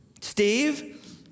Steve